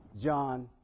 John